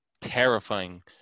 terrifying